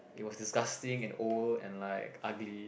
it was disgusting and old and like ugly